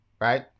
right